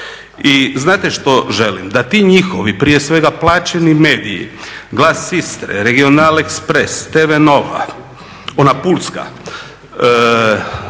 I znate što želim, da ti njihovi prije svega plaćeni mediji Glas Istre, REgional Express, TV Nova ona Pulska